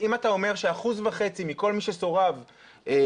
אם אתה אומר שאחוז וחצי מכל מי שסורב הוא